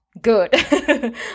good